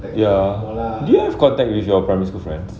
ya do you have contact with your primary school friends